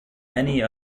many